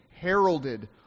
Heralded